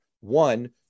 One